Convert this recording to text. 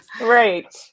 Right